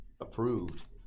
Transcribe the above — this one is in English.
approved